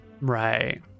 right